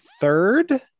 third